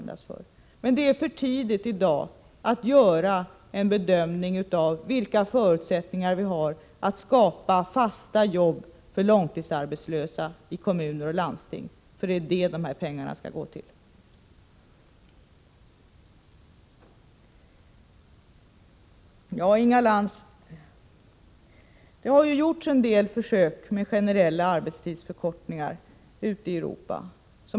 Men det är i dag för tidigt att uttala sig om vilka förutsättningar vi har att skapa fasta jobb för långtidsarbetslösa i kommuner och landsting. Det är detta dessa pengar skall gå till. Ja, Inga Lantz, det har gjorts en del försök med generella arbetstidsförkortningar ute i Europa.